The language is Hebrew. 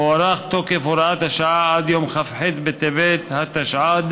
הוארך תוקף הוראת השעה עד יום כ"ח בטבת התשע"ד,